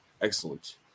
Excellent